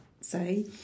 say